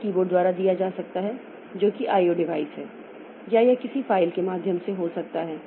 तो यह एक कीबोर्ड द्वारा दिया जा सकता है जो कि I O डिवाइस है या यह किसी फ़ाइल के माध्यम से हो सकता है